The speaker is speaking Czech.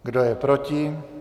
Kdo je proti?